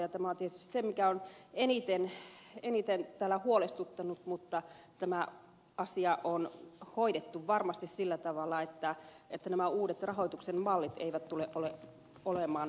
tämä on tietysti se mikä on eniten täällä huolestuttanut mutta tämä asia on hoidettu varmasti sillä tavalla että nämä uudet rahoituksen mallit eivät tule olemaan ongelmana